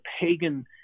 pagan